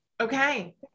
Okay